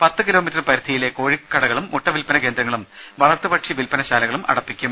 പത്ത് കിലോമീറ്റർ പരിധിയിലെ കോഴിക്കടകളും മുട്ടവിൽപ്പന കേന്ദ്രങ്ങളും വളർത്തുപക്ഷി വിൽപ്പന ശാലകളും അടപ്പിക്കും